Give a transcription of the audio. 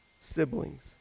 siblings